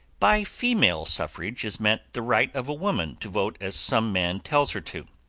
by female suffrage is meant the right of a woman to vote as some man tells her to.